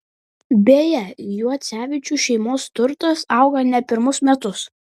beje juocevičių šeimos turtas auga ne pirmus metus